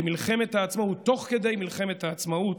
במלחמת העצמאות, תוך כדי מלחמת העצמאות,